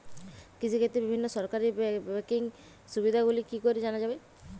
কৃষিক্ষেত্রে বিভিন্ন সরকারি ব্যকিং সুবিধাগুলি কি করে জানা যাবে?